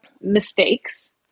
mistakes